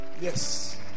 Yes